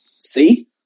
See